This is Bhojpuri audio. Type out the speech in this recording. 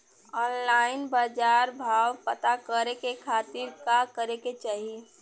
ऑनलाइन बाजार भाव पता करे के खाती का करे के चाही?